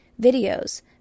videos